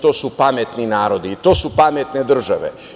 To su pametni narodi i to su pametne države.